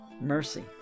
mercy